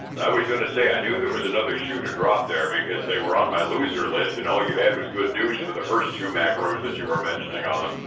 was going to say, i knew there was another shooter dropped there because they were on my loser list, and all you had was good news for the first two macros that you were mentioning on them.